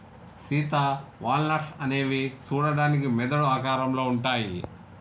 Sita walnuts అనేవి సూడడానికి మెదడు ఆకారంలో ఉంటాయి